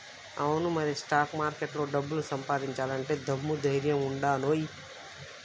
అవును మరి స్టాక్ మార్కెట్లో డబ్బు సంపాదించాలంటే దమ్ము ధైర్యం ఉండానోయ్